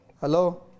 Hello